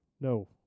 No